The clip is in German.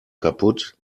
kaputt